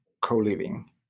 co-living